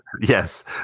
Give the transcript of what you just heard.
yes